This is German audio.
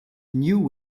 new